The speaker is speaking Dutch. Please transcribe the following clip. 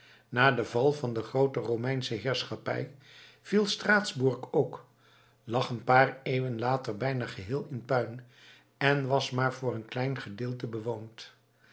na den val van de groote romeinsche heerschappij viel straatsburg ook lag een paar eeuwen later bijna geheel in puin en was maar voor een klein gedeelte bewoond